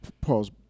Pause